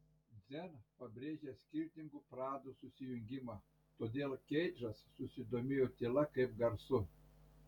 dzen pabrėžia skirtingų pradų susijungimą todėl keidžas susidomėjo tyla kaip garsu